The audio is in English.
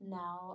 now